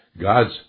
God's